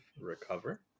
recover